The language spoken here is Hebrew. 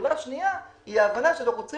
הפעולה השנייה היא ההבנה שאנחנו צריכים